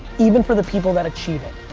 even for the people that achieve it.